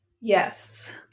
Yes